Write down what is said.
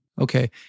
Okay